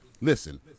listen